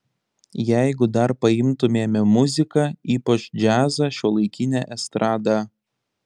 jeigu dar paimtumėme muziką ypač džiazą šiuolaikinę estradą